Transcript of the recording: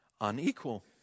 unequal